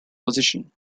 position